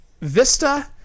Vista